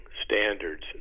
standards